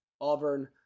Auburn